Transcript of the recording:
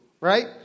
right